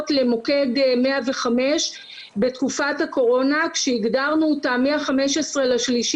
למוקד 105 בתקופת הקורונה כשהגדרנו אותה מה-15.3,